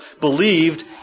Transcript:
believed